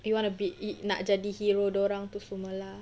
you want be it nak jadi hero dia orang semua lah